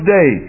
Day